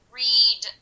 read